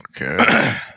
Okay